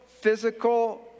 physical